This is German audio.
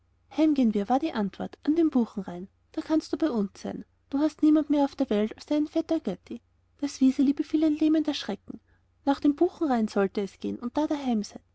gehen wir war die antwort an den buchenrain da kannst du bei uns sein du hast niemand mehr auf der welt als deinen vetter götti das wiseli befiel ein lähmender schrecken nach dem buchenrain sollte es gehen und da daheim